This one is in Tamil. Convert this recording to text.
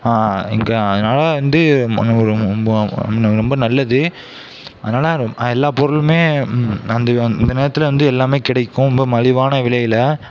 இங்கே அதனால வந்து ரொம்ப நல்லது அதனால எல்லா பொருளும் அந்த அந்த நேரத்தில் வந்து எல்லாம் கிடைக்கும் ரொம்ப மலிவான விலையில்